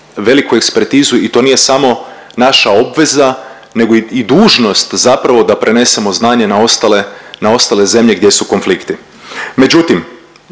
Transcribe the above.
veliku ekspertizu i to nije samo naša obveza nego i dužnost zapravo da prenesemo znanje na ostale, na ostale zemlje gdje su konflikti.